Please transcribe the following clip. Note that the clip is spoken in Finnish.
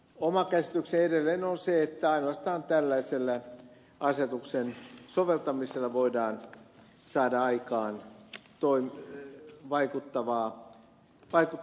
oma käsitykseni edelleen on se että ainoastaan tällaisella asetuksen soveltamisella voidaan saada aikaan vaikuttava tulos